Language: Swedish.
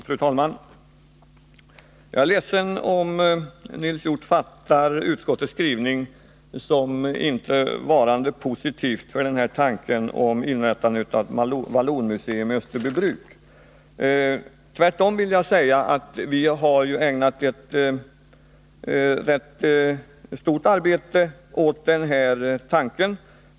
Fru talman! Jag är ledsen om Nils Hjorth uppfattar utskottets skrivning så att utskottet inte skulle vara positivt till tanken på inrättande av ett vallonmuseum i Österbybruk. Tvärtom vill jag säga att vi har ägnat ett rätt stort arbete åt motionen.